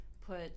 put